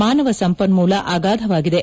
ಮಾನವ ಸಂಪನ್ಮೂಲ ಅಗಾಧವಾಗಿದೆ